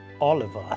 Oliver